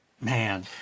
man